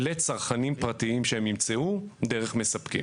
לצרכנים פרטיים שהם ימצאו דרך מספקים.